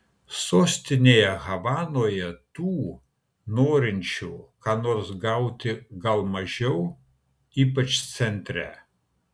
sostinėje havanoje tų norinčių ką nors gauti gal mažiau ypač centre